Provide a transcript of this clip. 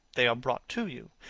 they are brought to you.